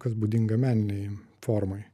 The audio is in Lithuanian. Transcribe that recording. kas būdinga meninei formai